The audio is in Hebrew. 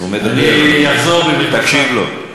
הוא מדבר, תקשיב לו.